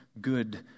good